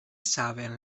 saben